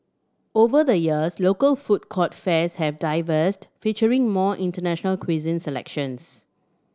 over the years local food court fares have featuring more international cuisine selections